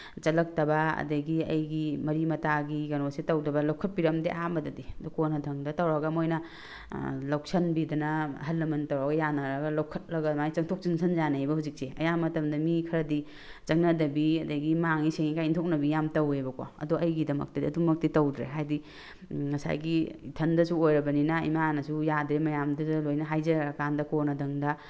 ꯆꯠꯂꯛꯇꯕ ꯑꯗꯒꯤ ꯑꯩꯒꯤ ꯃꯔꯤ ꯃꯇꯥꯒꯤ ꯀꯩꯅꯣꯁꯦ ꯇꯧꯗꯕ ꯂꯧꯈꯠꯄꯤꯔꯝꯗꯦ ꯑꯍꯥꯟꯕꯗꯗꯤ ꯑꯗꯨ ꯀꯣꯟꯅꯊꯪꯗ ꯇꯧꯔꯒ ꯃꯣꯏꯅ ꯂꯧꯁꯤꯟꯕꯤꯗꯅ ꯑꯍꯜ ꯂꯃꯟ ꯇꯧꯔꯒ ꯌꯥꯅꯔꯒ ꯂꯧꯈꯠꯂꯒ ꯑꯗꯨꯃꯥꯏꯅ ꯆꯪꯊꯣꯛ ꯆꯪꯁꯤꯟ ꯌꯥꯅꯩꯕ ꯍꯧꯖꯤꯛꯁꯦ ꯑꯌꯥꯝꯕ ꯃꯇꯝꯗ ꯃꯤ ꯈꯔꯗꯤ ꯆꯪꯅꯗꯕꯤ ꯑꯗꯒꯤ ꯃꯥꯡꯉꯤ ꯁꯦꯡꯉꯤ ꯀꯥꯏꯅ ꯏꯟꯊꯣꯛꯅꯕꯤ ꯌꯥꯝ ꯇꯧꯋꯦꯕꯀꯣ ꯑꯗꯣ ꯑꯩꯒꯤꯗꯃꯛꯇꯗꯤ ꯑꯗꯨꯃꯛꯇꯤ ꯇꯧꯗ꯭ꯔꯦ ꯍꯥꯏꯕꯗꯤ ꯉꯁꯥꯏꯒꯤ ꯏꯊꯟꯗꯁꯨ ꯑꯣꯏꯔꯕꯅꯤꯅ ꯏꯃꯥꯅꯁꯨ ꯌꯥꯗꯦ ꯃꯌꯥꯝꯗꯨꯗ ꯂꯣꯏꯅ ꯍꯥꯏꯖꯔꯀꯥꯟꯗ ꯀꯣꯟꯅꯊꯪꯗ